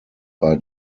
bei